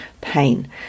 pain